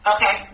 Okay